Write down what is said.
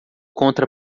contra